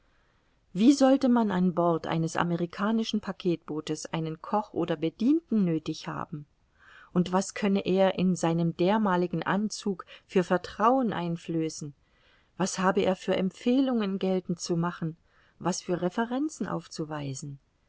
wie sollte man an bord eines amerikanischen packetbootes einen koch oder bedienten nöthig haben und was könne er in seinem dermaligen anzug für vertrauen einflößen was habe er für empfehlungen geltend zu machen was für referenzen aufzuweisen